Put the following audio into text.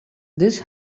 this